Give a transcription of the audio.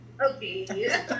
Okay